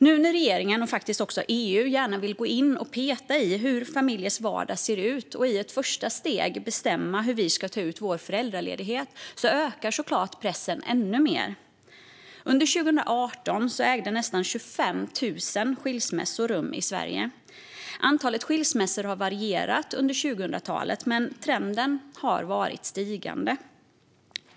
Nu när regeringen, och faktiskt även EU, gärna vill gå in och peta i hur familjers vardag ser ut och i ett första steg bestämma hur vi ska ta ut vår föräldraledighet ökar såklart pressen ännu mer. Under 2018 ägde nästan 25 000 skilsmässor rum i Sverige. Antalet skilsmässor har varierat under 2000-talet, men trenden har varit stigande.